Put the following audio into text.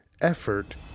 effort